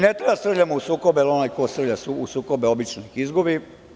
Ne treba da srljamo u sukobe, jer onaj ko srlja u sukobe obično ih izgubi.